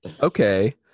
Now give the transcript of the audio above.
okay